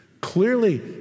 Clearly